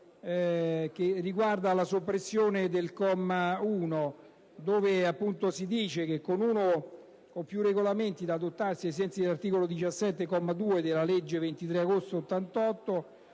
che propone la soppressione del comma 1 in cui si legge: «Con uno o più regolamenti da adottarsi ai sensi dell'articolo 17, comma 2, della legge 23 agosto 1988,